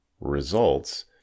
results